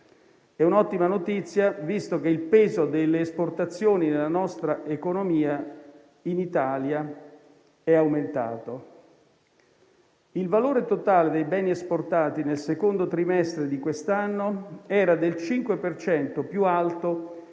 È un'ottima notizia, visto che il peso delle esportazioni nell'economia italiana è aumentato. Il valore totale dei beni esportati nel secondo trimestre di quest'anno era del 5 per cento